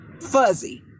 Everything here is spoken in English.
fuzzy